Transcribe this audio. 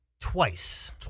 twice